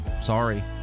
Sorry